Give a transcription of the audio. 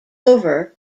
over